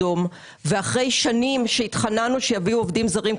אחרי שנים שבהן התחננו שיביאו עובדים זרים,